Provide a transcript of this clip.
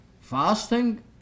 fasting